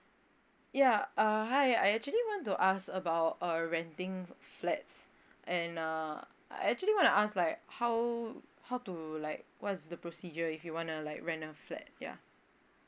ya uh hi I actually want to ask about uh renting flats and uh I actually want to ask like how how to like what is the procedure if you want to like rent a flat yeah